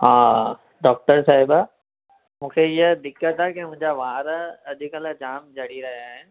हा डॉक्टर साहिबा मूंखे इहा दिक़त थे की मुंहिंजा वार अॼुकल्ह जाम झड़ी रहिया आहिनि